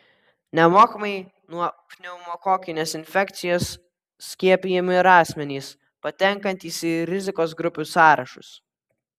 nemokamai nuo pneumokokinės infekcijos skiepijami ir asmenys patenkantys į rizikos grupių sąrašus